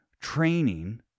training